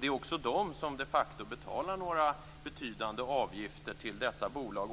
Det är också de som de facto betalar några betydande avgifter till dessa bolag.